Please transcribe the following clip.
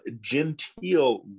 genteel